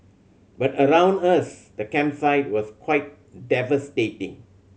but around us the campsite was quite devastating